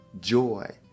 joy